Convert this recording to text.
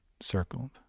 circled